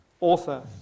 author